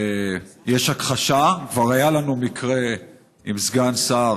יש הכחשה, כבר היה לנו מקרה עם סגן שר,